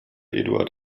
eduard